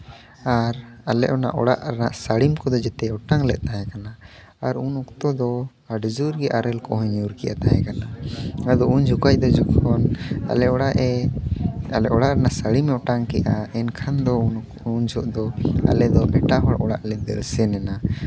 ᱟᱨ ᱟᱞᱮ ᱚᱱᱟ ᱚᱲᱟᱜ ᱨᱮᱱᱟᱜ ᱥᱟᱹᱲᱤᱢ ᱠᱚᱫᱚᱭ ᱚᱴᱟᱝ ᱞᱮᱫ ᱛᱟᱦᱮᱸ ᱠᱟᱱᱟ ᱟᱨ ᱩᱱ ᱚᱠᱛᱚ ᱫᱚ ᱟᱹᱰᱤ ᱡᱳᱨ ᱜᱮ ᱟᱨᱮᱞ ᱠᱚᱦᱚᱸᱧ ᱧᱩᱨ ᱠᱮᱫ ᱛᱟᱦᱮᱸ ᱠᱟᱱᱟ ᱟᱫᱚ ᱩᱱ ᱡᱚᱠᱷᱚᱡ ᱫᱚ ᱡᱚᱠᱷᱚᱱ ᱟᱞᱮ ᱚᱲᱟᱜ ᱮ ᱟᱞᱮ ᱚᱲᱟᱜ ᱨᱮᱱᱟᱜ ᱥᱟᱹᱲᱤᱢ ᱮ ᱚᱴᱟᱝ ᱠᱮᱜᱼᱟ ᱮᱱᱠᱷᱟᱱ ᱫᱚ ᱩᱱ ᱡᱚᱦᱚᱜ ᱫᱚ ᱟᱞᱮ ᱫᱚ ᱮᱴᱟᱜ ᱦᱚᱲ ᱚᱲᱟᱜ ᱞᱮ ᱫᱟᱹᱲ ᱥᱮᱱ ᱮᱱᱟ